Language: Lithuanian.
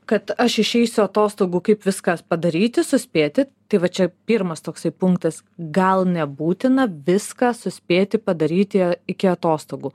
kad aš išeisiu atostogų kaip viską padaryti suspėti tai va čia pirmas toksai punktas gal nebūtina viską suspėti padaryti iki atostogų